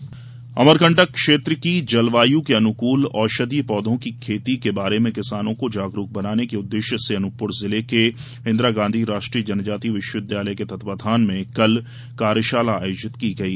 कार्यशाला अमरकटंक क्षेत्र की जलवायु के अनुकूल औषधीय पौधों की खेती के बारे में किसानों को जागरूक बनाने के उद्देश्य से अनूपप्र जिले के इंदिरा गांधी राष्ट्रीय जनजातीय विश्वविद्यालय के तत्वावधान में कल कार्यशाला आयोजित की गई